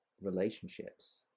relationships